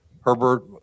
Herbert